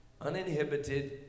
uninhibited